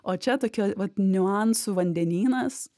o čia tokia vat niuansų vandenynas